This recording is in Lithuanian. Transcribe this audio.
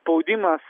spaudimas